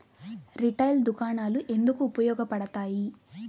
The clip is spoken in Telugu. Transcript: రిటైల్ దుకాణాలు ఎందుకు ఉపయోగ పడతాయి?